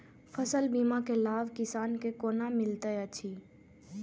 फसल बीमा के लाभ किसान के कोना मिलेत अछि?